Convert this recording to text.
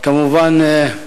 אני, כמובן,